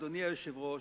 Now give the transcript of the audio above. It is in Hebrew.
אדוני היושב-ראש,